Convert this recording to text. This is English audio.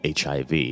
HIV